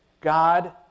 God